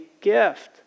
gift